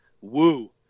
woo